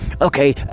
okay